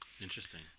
interesting